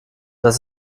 das